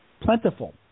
plentiful